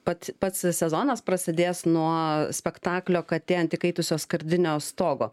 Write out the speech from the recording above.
pats pats sezonas prasidės nuo spektaklio katė ant įkaitusio skardinio stogo